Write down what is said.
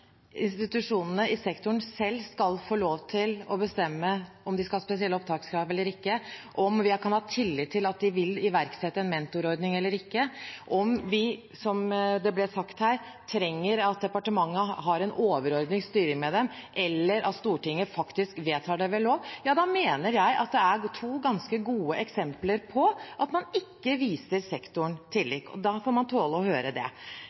institusjonene i sektoren selv skal få lov til å bestemme om de skal ha spesielle opptakskrav eller ikke, om vi kan ha tillit til at de vil iverksette en mentorordning eller ikke, og om vi, som det ble sagt her, trenger at departementet har en overordnet styring med dem, eller at Stortinget faktisk vedtar det ved lov – da er det to ganske gode eksempler på at man ikke viser sektoren tillit. Da får man tåle å høre det.